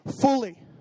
fully